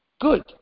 Good